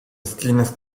esquinas